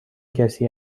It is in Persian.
کسی